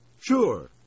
Sure